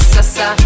Sasa